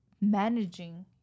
managing